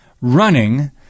running